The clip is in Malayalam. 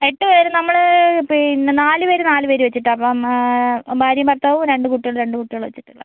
എട്ട് പേർ നമ്മൾ പിന്നെ നാല് പേർ നാല് പേർ വെച്ചിട്ടാണ് അപ്പം ഭാര്യയും ഭർത്താവും രണ്ട് കുട്ടികൾ രണ്ട് കുട്ടികൾ വെച്ചിട്ടുള്ള